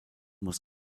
muss